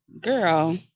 Girl